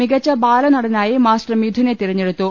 മികച്ച ബാലനടനായി മാസ്റ്റർ മിഥുനെ തിരഞ്ഞെടുത്തു